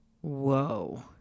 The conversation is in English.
Whoa